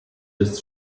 des